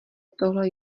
tohle